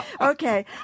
Okay